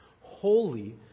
holy